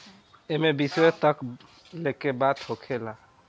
एईमे विश्व तक लेके बात होखेला